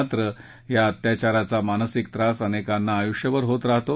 मात्र या अत्याचाराचा मानसिक त्रास अनेकांना आयुष्यभर होत राहतो